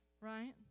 right